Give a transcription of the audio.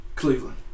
Cleveland